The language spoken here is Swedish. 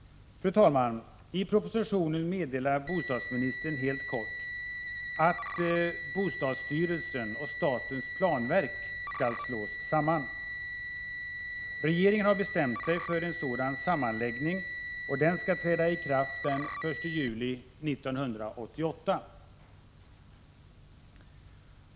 Fru talman! I propositionen meddelar bostadsministern helt kort att bostadsstyrelsen och statens planverk skall slås samman. Regeringen har bestämt sig för en sammanläggning, och den skall träda i kraft den 1 juli 1988.